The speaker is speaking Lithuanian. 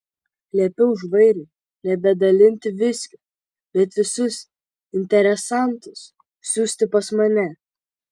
liepiau žvairiui nebedalinti viskio bet visus interesantus siųsti pas mane